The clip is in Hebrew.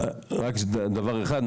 רק דבר אחד,